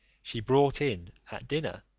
she brought in, at dinner,